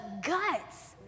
guts